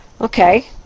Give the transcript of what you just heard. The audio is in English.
Okay